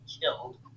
killed